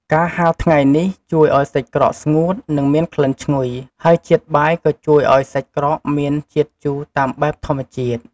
ការហាលថ្ងៃនេះ ជួយឱ្យសាច់ក្រកស្ងួត និងមានក្លិនឈ្ងុយ ហើយជាតិបាយក៏ជួយឱ្យសាច់ក្រកមានជាតិជូរតាមបែបធម្មជាតិ។